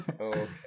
okay